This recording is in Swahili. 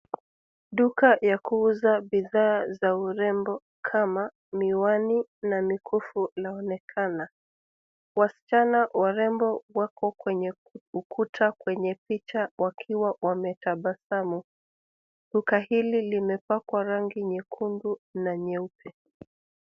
Duka ya kuuza bidhaa za urembo kama miwani na mikufu laonekana. Wasichana warembo wako kwenye ukuta kwenye picha wakiwa wametabasamu. Duka hili limepakwa rangi nyekundu na nyeupe.